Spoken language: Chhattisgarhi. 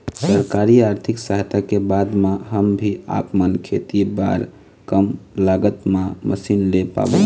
सरकारी आरथिक सहायता के बाद मा हम भी आपमन खेती बार कम लागत मा मशीन ले पाबो?